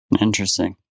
Interesting